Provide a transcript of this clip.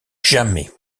jamais